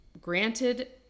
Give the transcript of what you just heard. granted